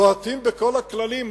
בועטים בכל הכללים.